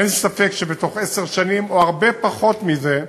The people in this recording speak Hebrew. אין ספק שבתוך עשר שנים, או הרבה פחות מזה,